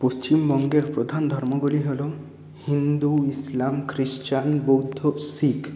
পশ্চিমবঙ্গের প্রধান ধর্মগুলি হল হিন্দু ইসলাম খ্রিশ্চান বৌদ্ধ শিখ